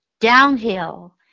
downhill